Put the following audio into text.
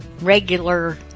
regular